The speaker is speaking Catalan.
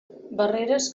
barreres